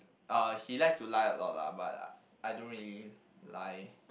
uh he likes to lie a lot lah but I don't really lie